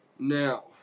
Now